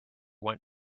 went